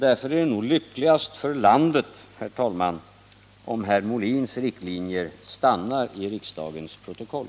Därför är det nog lyckligast för landet, herr talman, om herr Molins riktlinjer stannar i riksdagens protokoll.